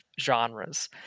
genres